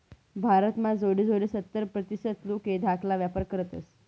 भारत म्हा जोडे जोडे सत्तर प्रतीसत लोके धाकाला व्यापार करतस